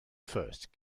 first